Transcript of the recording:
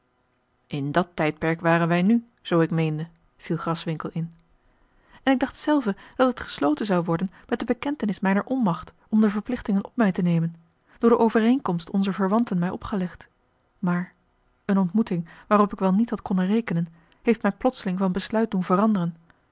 in dat tijdperk waren wij n zoo ik meende viel graswinckel in en ik dacht zelve dat het gesloten zou worden met de bekentenis mijner onmacht om de verplichtingen op mij te nemen door de overeenkomst onzer verwanten mij opgelegd maar a l g bosboom-toussaint de delftsche wonderdokter eel eene ontmoeting waarop ik wel niet had konnen rekenen heeft mij plotseling van besluit doen veranderen